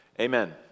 amen